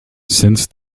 since